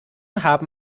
haben